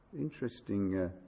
Interesting